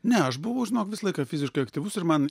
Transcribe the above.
ne aš buvau žinok visą laiką fiziškai aktyvus ir man